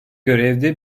görevde